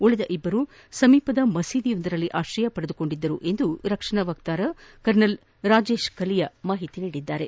ಉಳಿದ ಇಬ್ಬರು ಸಮೀಪದ ಮಸೀದಿಯಲ್ಲಿ ಆಕ್ರಯ ಪಡೆದುಕೊಂಡಿದ್ದರು ಎಂದು ರಕ್ಷಣಾ ವಕ್ತಾರ ಕರ್ನಲ್ ರಾಜೇಶ್ ಕಲಿಯಾ ತಿಳಿಸಿದ್ದಾರೆ